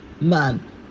Man